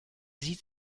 sie